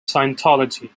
scientology